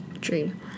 dream